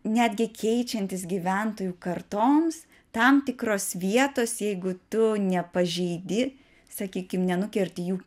netgi keičiantis gyventojų kartoms tam tikros vietos jeigu tu nepažeidi sakykim nenukerti jų